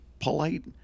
polite